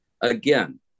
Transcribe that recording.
Again